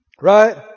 Right